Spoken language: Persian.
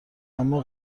اما